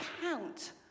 count